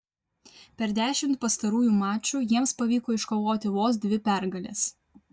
per dešimt pastarųjų mačų jiems pavyko iškovoti vos dvi pergales